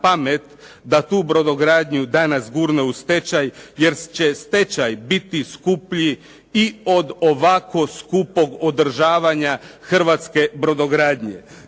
da tu brodogradnju danas gurne u stečaj, jer će stečaj biti skuplji i od ovako skupog održavanja hrvatske brodogradnje.